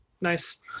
nice